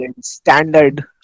Standard